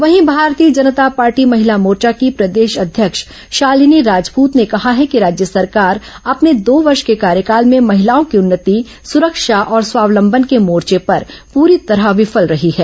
वहीं भारतीय जनता पार्टी महिला मोर्चा की प्रदेश अध्यक्ष शालिनी राजपूत ने कहा है कि राज्य सरकार अपने दो वर्ष के कार्यकाल में महिलाओं की उन्नति सुरक्षा और स्वावलंबन के मोर्चे पर पूरी तरह विफल रही है